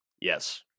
Yes